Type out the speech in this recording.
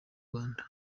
rwanda